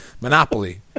monopoly